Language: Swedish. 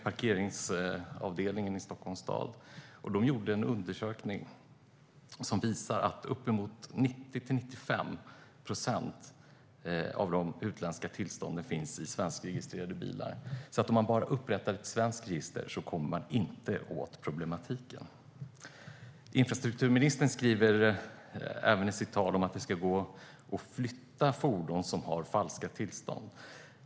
Parkeringsavdelningen i Stockholms stad har gjort en undersökning som visar att uppemot 90-95 procent av de utländska tillstånden finns i svenskregistrerade bilar. Om man bara upprättar ett svenskt register kommer man alltså inte åt problematiken. Infrastrukturministern säger i sitt svar att det ska gå att flytta fordon som har falska tillstånd.